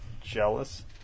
jealous